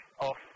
off